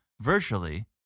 virtually